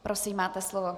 Prosím, máte slovo.